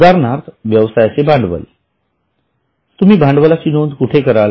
उदाहरणार्थ व्यवसायाचे भांडवल तुम्ही भांडवलाची नोंद कुठे कराल